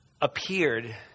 appeared